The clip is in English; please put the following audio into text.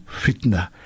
fitna